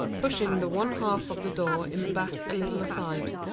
pushing the one-half of the door in the back a little aside.